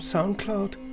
Soundcloud